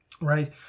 Right